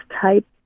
type